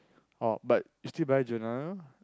oh but you still buy Giordano